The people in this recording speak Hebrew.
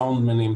סאונדמנים,